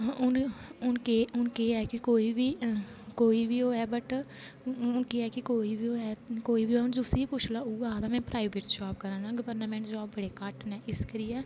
हून केह् है कि गवर्नमेंट कोई बी होऐ बट हून केह् है कि कोई बी ओह् कोई बी होऐ जिसी पुच्छो ओऐ आक्खदा में प्राईवेट जाॅव करा ना गवर्नामेंट जाॅव बड़ी घट्ट न इस करिये ऐ